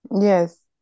Yes